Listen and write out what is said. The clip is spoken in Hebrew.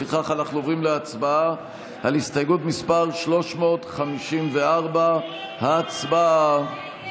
לפיכך אנחנו עוברים להצבעה על הסתייגות מס' 354. הצבעה.